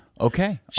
Okay